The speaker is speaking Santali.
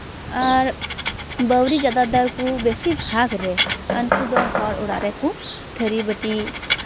ᱟᱨ ᱵᱟᱹᱣᱨᱤ ᱡᱟᱫᱟᱫᱟᱨ ᱠᱚ ᱵᱮᱥᱤᱨ ᱵᱷᱟᱜᱽ ᱨᱮ ᱩᱱᱠᱩ ᱫᱚ ᱦᱚᱲ ᱚᱲᱟᱜ ᱨᱮᱠᱚ ᱛᱷᱟᱹᱨᱤᱵᱟᱹᱴᱤ